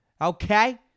Okay